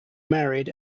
married